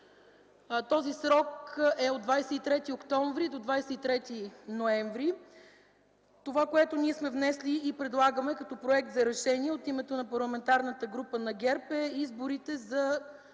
Този срок е от 23 октомври до 23 ноември. Това, което ние сме внесли и предлагаме като проект за решение от името на Парламентарната група на ГЕРБ, е изборите за